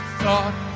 thought